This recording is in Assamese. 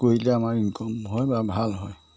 কৰিলে আমাৰ ইনকম হয় বা ভাল হয়